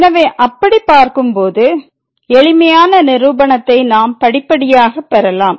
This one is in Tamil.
எனவே அப்படிப் பார்க்கும்போது எளிமையான நிருபணத்தை நாம் படிப்படியாக பெறலாம்